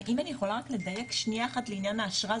אם אני יכולה לדייק שניה אחת לעניין האשרה,